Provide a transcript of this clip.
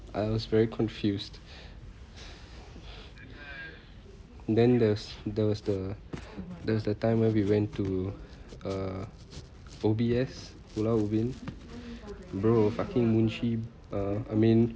I was very confused then there's there was the there was the time where we went to uh O_B_S pulau ubin bro fucking uh I mean